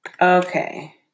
okay